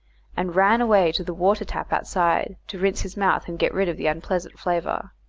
and ran away to the water tap outside to rinse his mouth and get rid of the unpleasant flavour.